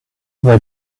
they